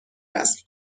رسم